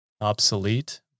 obsolete